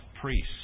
priests